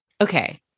okay